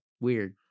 weird